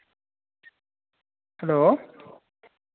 hello